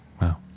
wow